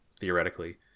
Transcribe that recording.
theoretically